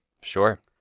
Sure